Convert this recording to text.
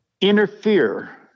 interfere